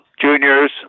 juniors